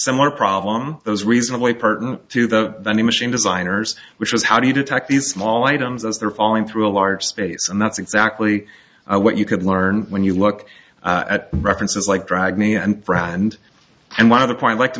similar problem those reasonably partan to the machine designers which was how do you detect these small items as they're falling through a large space and that's exactly what you could learn when you look at references like drag me and brad and and one of the quite like to